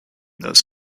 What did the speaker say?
those